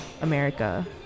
america